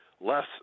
less